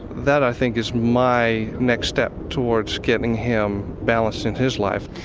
that i think is my next step towards getting him balance in his life.